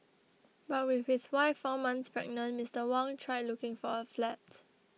but with his wife four months pregnant Mister Wang tried looking for a flat